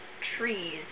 trees